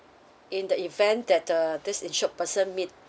in the event that the this insured person meet